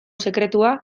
sekretua